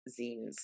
zines